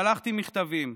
שלחתי מכתבים,